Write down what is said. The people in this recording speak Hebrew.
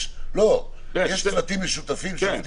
יש צוותים משותפים על זה?